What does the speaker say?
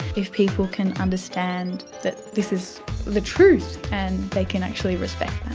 if people can understand that this is the truth and they can actually respect